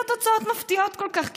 ואלה לא תוצאות מפתיעות כל כך,